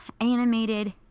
animated